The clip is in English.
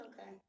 okay